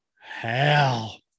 hell